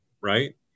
right